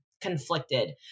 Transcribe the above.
conflicted